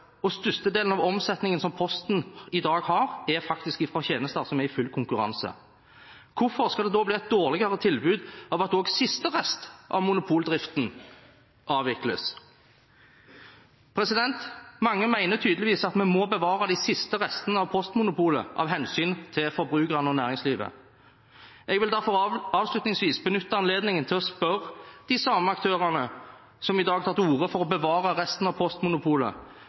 og størstedelen av omsetningen som Posten i dag har, er faktisk fra tjenester som er i full konkurranse. Hvorfor skal det da bli et dårligere tilbud av at også siste rest av monopoldriften avvikles? Mange mener tydeligvis at vi må bevare de siste restene av postmonopolet av hensyn til forbrukerne og næringslivet. Jeg vil da avslutningsvis benytte anledningen til å spørre de samme aktørene som i dag har tatt til orde for å bevare resten av postmonopolet, hvorfor de ikke samtidig ønsker å skru klokken tilbake og reetablere postmonopolet